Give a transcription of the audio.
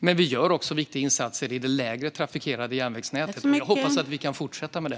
Men vi gör också viktiga insatser i det mindre trafikerade järnvägsnätet, och jag hoppas att vi kan fortsätta med det.